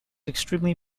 extremely